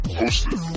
hosted